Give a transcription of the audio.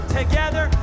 together